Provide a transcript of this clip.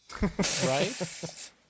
Right